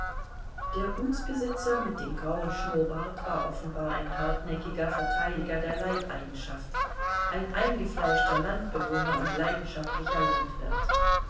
der gutsbesitzer mit dem grauen schnurrbart war offenbar ein hartnäckiger verteidiger der leibeigenschaft ein eingefleischter landbewohner und leidenschaftlicher landwirt